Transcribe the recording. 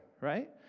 right